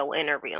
interview